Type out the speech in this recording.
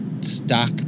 stock